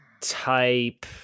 type